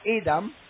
Adam